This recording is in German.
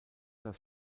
das